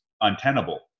untenable